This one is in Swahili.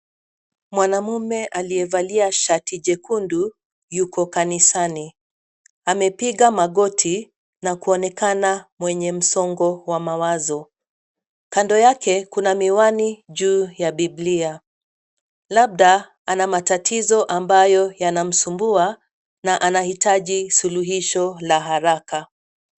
Mwanamume aliyevalia shati jekundu yuko kanisani. Amepiga magoti na kuonekana mwenye msongo wa mawazo. Kando yake kuna miwani juu ya bibilia, labda ana matatizo ambayo yanamsumbua na anahitaji suluhisho la haraka.